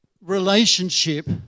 relationship